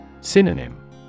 Synonym